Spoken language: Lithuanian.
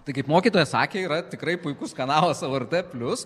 tai kaip mokytoja sakė yra tikrai puikus kanalas lrt plius